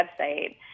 website